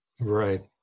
Right